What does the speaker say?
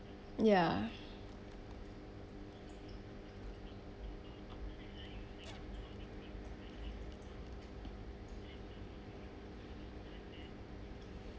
ya